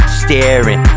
staring